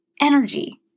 energy